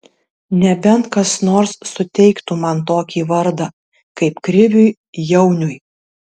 nebent kas nors suteiktų man tokį vardą kaip kriviui jauniui